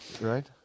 Right